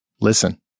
listen